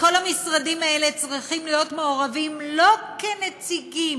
וכל המשרדים האלה צריכים להיות מעורבים לא כנציגים,